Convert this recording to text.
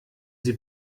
sie